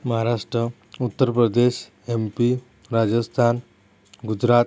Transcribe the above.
Maharashtra Uttar Pradesh M P Rajasthan Gujarat